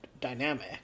dynamic